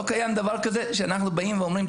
לא קיים דבר כזה שאנחנו באים ואומרים,